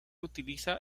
utiliza